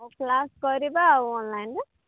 ଆଉ କ୍ଲାସ କରିବା ଆଉ ଅନଲାଇନ୍ରେ